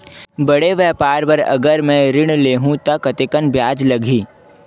बड़े व्यापार बर अगर मैं ऋण ले हू त कतेकन ब्याज लगही?